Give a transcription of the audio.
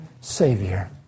Savior